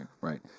right